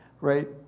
Right